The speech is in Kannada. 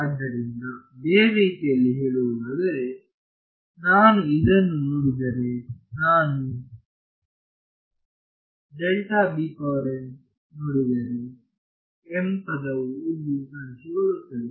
ಆದ್ದರಿಂದ ಬೇರೆ ರೀತಿಯಲ್ಲಿ ಹೇಳುವುದಾದರೆ ನಾನು ಇದನ್ನು ನೋಡಿದರೆ ನಾನು ನೋಡಿದರೆ m ಪದವು ಇಲ್ಲಿ ಕಾಣಿಸಿಕೊಳ್ಳುತ್ತಿದೆ